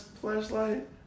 flashlight